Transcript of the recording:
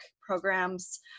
programs